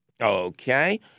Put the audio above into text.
Okay